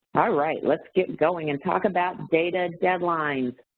alright, let's get going and talk about data deadlines.